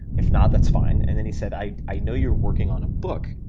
if not that's fine. and then he said i i know you're working on a book.